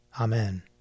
Amen